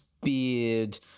Beard